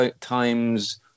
times